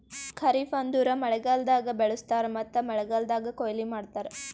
ಖರಿಫ್ ಅಂದುರ್ ಮಳೆಗಾಲ್ದಾಗ್ ಬೆಳುಸ್ತಾರ್ ಮತ್ತ ಮಳೆಗಾಲ್ದಾಗ್ ಕೊಯ್ಲಿ ಮಾಡ್ತಾರ್